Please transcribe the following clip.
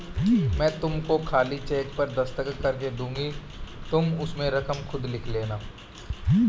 मैं तुमको खाली चेक पर दस्तखत करके दूँगी तुम उसमें रकम खुद लिख लेना